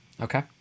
Okay